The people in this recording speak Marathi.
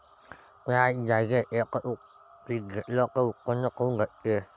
थ्याच जागेवर यकच पीक घेतलं त उत्पन्न काऊन घटते?